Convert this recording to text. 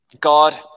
God